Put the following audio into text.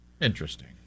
Interesting